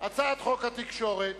הצעת חוק התקשורת